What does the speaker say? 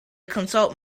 consult